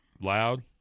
Loud